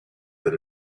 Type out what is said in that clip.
that